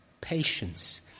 patience